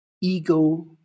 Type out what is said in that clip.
ego